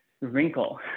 wrinkle